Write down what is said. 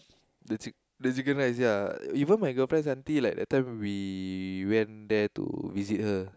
the chick~ the chicken rice ya even my girlfriend's auntie like that time we went there to visit her